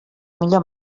millor